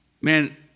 man